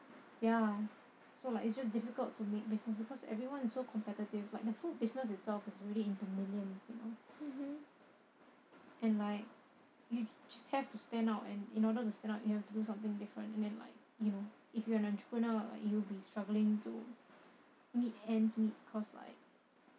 ya so like it's just difficult to make business because everyone is so competitive like the food business itself is really into millions you know and like you just have to stand out and in order to stand out you have to do something different and then like you know if you're an entrepreneur like you'll be struggling to meet ends meet cause like